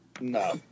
No